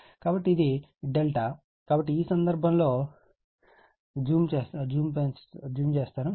కాబట్టి ఇది ∆ కాబట్టి ఈ సందర్భంలో ఈ సందర్భంలో కాబట్టి నన్ను జూమ్ పెంచడానికి నన్ను అనుమతించండి